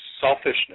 selfishness